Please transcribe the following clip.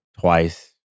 twice